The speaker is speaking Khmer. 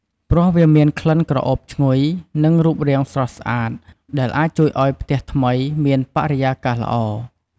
ព្រោះវាមានក្លិនក្រអូបឈ្ងុយ និងរូបរាងស្រស់ស្អាត ដែលអាចជួយឲ្យផ្ទះថ្មីមានបរិយាកាសល្អ។